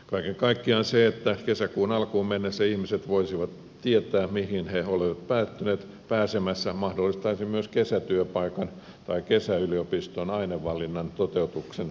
kaiken kaikkiaan se että kesäkuun alkuun mennessä ihmiset voisivat tietää mihin he ovat pääsemässä mahdollistaisi myös kesätyöpaikan tai kesäyliopiston ainevalinnan toteutuksen järkevällä tavalla